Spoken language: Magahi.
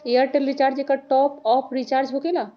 ऐयरटेल रिचार्ज एकर टॉप ऑफ़ रिचार्ज होकेला?